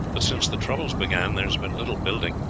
but since the troubles began there has been little building,